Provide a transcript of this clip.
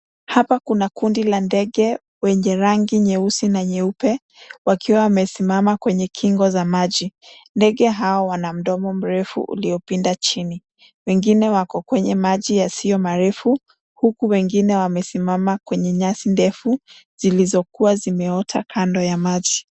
Hapa kuna kundi la ndege wenye rangi nyeusi na nyeupe, wakiwa wamesimama kwenye kingo za maji. Ndege hao wana mdomo mrefu uliopinda chini ,wengine wako kwenye maji yasiyo marefu huku wengine wamesimama kwenye nyasi ndefu, zilizokuwa zimeota kando ya maji.